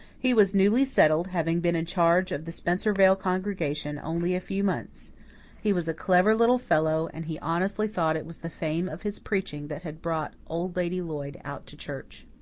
he was newly settled, having been in charge of the spencervale congregation only a few months he was a clever little fellow and he honestly thought it was the fame of his preaching that had brought old lady lloyd out to church.